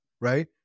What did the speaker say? right